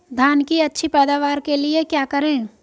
धान की अच्छी पैदावार के लिए क्या करें?